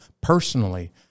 personally